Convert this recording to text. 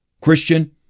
Christian